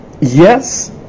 yes